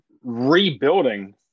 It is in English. rebuilding